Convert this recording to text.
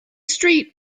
street